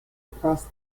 across